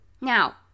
Now